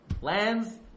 lands